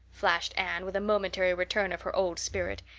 flashed anne, with a momentary return of her old spirit.